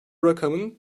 rakamın